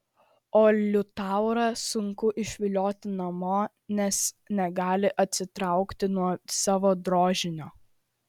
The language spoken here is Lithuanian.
o liutaurą sunku išvilioti namo nes negali atsitraukti nuo savo drožinio